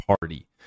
party